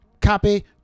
copy